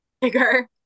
bigger